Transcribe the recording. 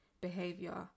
behavior